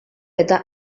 eta